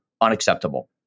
unacceptable